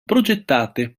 progettate